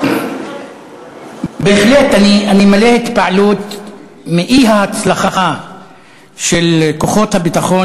בהחלט אני מלא התפעלות מהאי-הצלחה של כוחות הביטחון